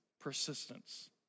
persistence